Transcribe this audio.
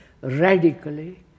radically